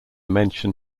mention